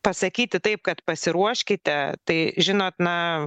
pasakyti taip kad pasiruoškite tai žinot na